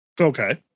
Okay